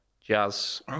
jazz